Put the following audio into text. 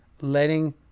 letting